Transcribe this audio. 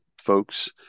folks